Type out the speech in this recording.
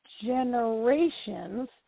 Generations